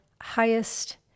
highest